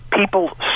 People